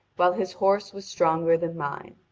while his horse was stronger than mine.